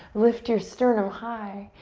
lift your sternum high.